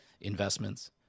investments